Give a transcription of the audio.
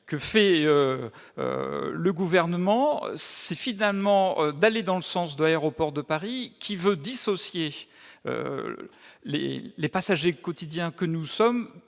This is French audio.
que fait le Gouvernement, c'est finalement d'aller dans le sens d'Aéroports de Paris, qui veut dissocier les passagers quotidiens que nous sommes